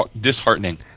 disheartening